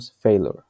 failure